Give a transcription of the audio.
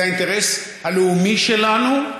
זה האינטרס הלאומי שלנו,